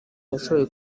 yashoboye